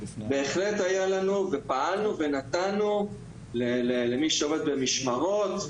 בהחלט היה לנו ופעלנו ונתנו למי שעובד במשמרות,